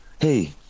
hey